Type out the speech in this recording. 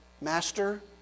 Master